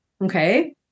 Okay